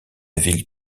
ville